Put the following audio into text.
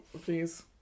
please